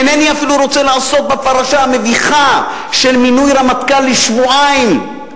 אינני אפילו רוצה לעסוק בפרשה המביכה של מינוי רמטכ"ל לשבועיים,